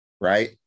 right